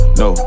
no